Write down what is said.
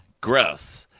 gross